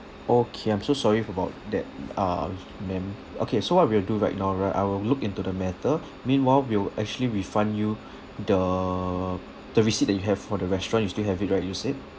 okay I'm so sorry about that uh ma'am okay so what we will do right now right I will look into the matter meanwhile we'll actually refund you the the receipt that you have for the restaurant you still have it right you said